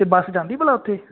ਅਤੇ ਬੱਸ ਜਾਂਦੀ ਭਲਾ ਉੱਥੇ